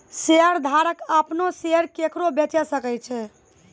शेयरधारक अपनो शेयर केकरो बेचे सकै छै